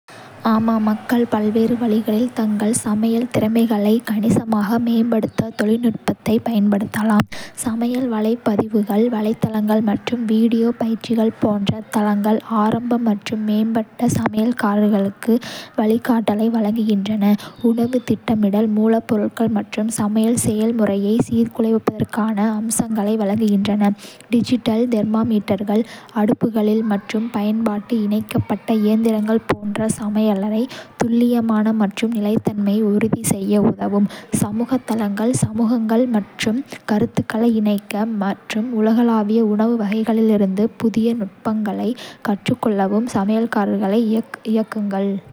ஆமாம், மக்கள் பல்வேறு வழிகளில் தங்கள் சமையல் திறமைகளை கணிசமாக மேம்படுத்த தொழில்நுட்பத்தை பயன்படுத்தலாம். சமையல் வலைப்பதிவுகள், வலைத்தளங்கள், மற்றும் வீடியோ பயிற்சிகள் போன்ற தளங்கள், ஆரம்ப மற்றும் மேம்பட்ட சமையல்காரர்களுக்கு வழிகாட்டலை வழங்குகின்றன. உணவு திட்டமிடல், மூலப்பொருள் மற்றும் சமையல் செயல்முறையை சீர்குலைப்பதற்கான அம்சங்களை வழங்குகின்றன. டிஜிட்டல் தெர்மோமீட்டர்கள், அடுப்புகளில், மற்றும் பயன்பாட்டு இணைக்கப்பட்ட இயந்திரங்கள் போன்ற சமையலறை, துல்லியமான மற்றும் நிலைத்தன்மையை உறுதி செய்ய உதவும். சமூக தளங்கள் சமூகங்கள், பங்கு கருத்துக்களை இணைக்க, மற்றும் உலகளாவிய உணவு வகைகளிலிருந்து புதிய நுட்பங்களை கற்றுக்கொள்ளவும் சமையல்காரர்களை இயக்குங்கள்.